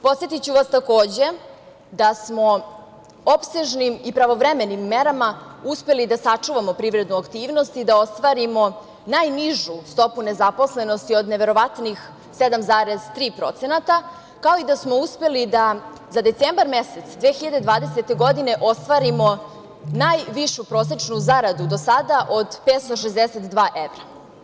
Podsetiću vas, takođe, da smo opsežnim i pravovremenim merama uspeli da sačuvamo privrednu aktivnost i da ostvarimo najnižu stopu nezaposlenosti od neverovatnih 7,3%, kao i da smo uspeli za decembar mesec 2020. godine ostvarimo najvišu prosečnu zaradu do sada od 562 evra.